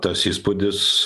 tas įspūdis